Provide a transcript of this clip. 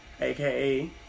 aka